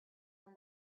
and